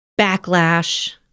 backlash